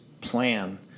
plan